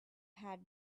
had